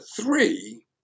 three